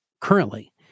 currently